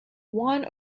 one